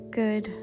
good